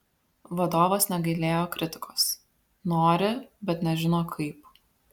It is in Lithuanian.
vadovas negailėjo kritikos nori bet nežino kaip